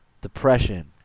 depression